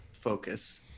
focus